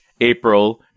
April